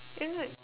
isn't it